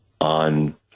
on